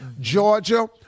Georgia